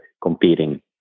competing